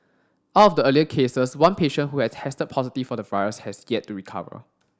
out of the earlier cases one patient who had tested positive for the virus has yet to recover